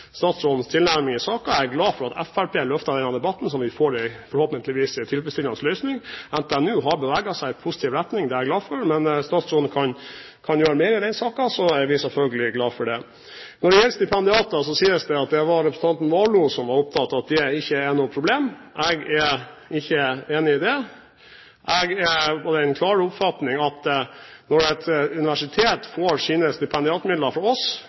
statsrådens tilnærming i saken, og jeg er glad for at Fremskrittspartiet har løftet denne debatten, så vi forhåpentligvis får en tilfredsstillende løsning. NTNU har beveget seg i positiv retning, det er jeg glad for, men kan statsråden gjøre mer i den saken, er vi selvfølgelig glad for det. Når det gjelder stipendiater, er representanten Warloe opptatt av at det ikke er noe problem. Jeg er ikke enig i det. Jeg er av den klare oppfatning at når et universitet får sine stipendiatmidler fra oss,